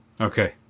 Okay